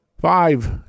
Five